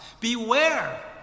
Beware